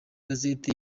czech